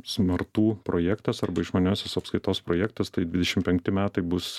smartų projektas arba išmaniosios apskaitos projektas tai dvidešim penkti metai bus